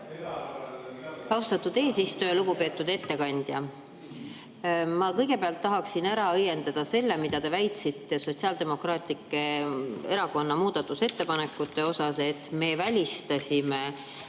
Austatud eesistuja! Lugupeetud ettekandja! Ma kõigepealt tahaksin ära õiendada selle, mida te väitsite Sotsiaaldemokraatliku Erakonna muudatusettepanekute kohta, et me välistasime